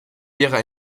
ihrer